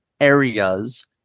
areas